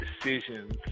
decisions